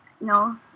no